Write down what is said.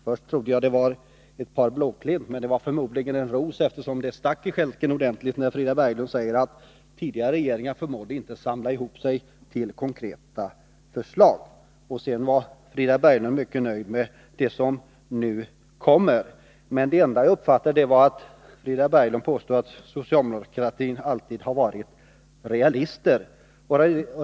Först trodde jag att det var ett par blåklint, men det var förmodligen en ros, eftersom det stack ordentligt från stjälken när Frida Berglund sade att tidigare regeringar inte förmådde samla sig till konkreta förslag. Frida Berglund var också mycket nöjd med det förslag som nu kommer. Jag uppfattade att Frida Berglund påstod att socialdemokraterna alltid har varit realister.